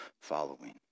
following